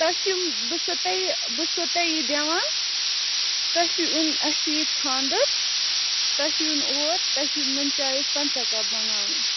تۄہہِ چھِ یِم بہٕ چھَسو تۄہہِ بہٕ چھَسو تۄہہِ یہِ دِوان تۄہہِ چھُ یُن اَسہِ چھُ ییٚتہِ خانٛدَر تۄہہِ چھُ یُن اور تۄہہِ چھُ نُن چایَس پنٛژاہ کَپ بَناوٕنۍ